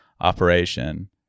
operation